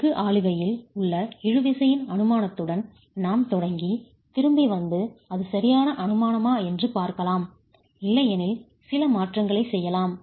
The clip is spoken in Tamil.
எஃகு ஆளுகையில் உள்ள இழு விசையின் அனுமானத்துடன் நாம் தொடங்கி திரும்பி வந்து அது சரியான அனுமானமா என்று பார்க்கலாம் இல்லையெனில் சில மாற்றங்களைச் செய்யலாம்